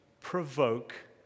provoke